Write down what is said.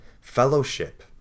fellowship